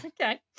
Okay